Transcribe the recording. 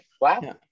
wow